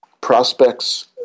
prospects